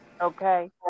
Okay